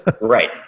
Right